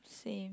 same